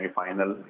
final